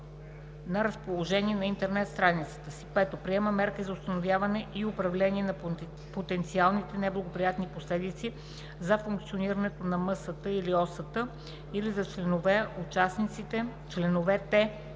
на разположение на интернет страницата си; 5. предприема мерки за установяване и управление на потенциалните неблагоприятни последици за функционирането на МСТ или OCT или за членовете, участниците или